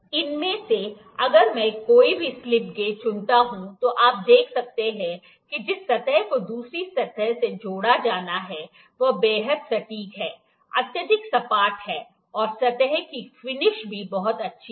इनमें से अगर मैं कोई भी स्लिप गेज चुनता हूं तो आप देख सकते हैं कि जिस सतह को दूसरी सतह से जोड़ा जाना है वह बेहद सटीक है अत्यधिक सपाट है और सतह की फिनिश भी बहुत अच्छी है